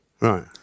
right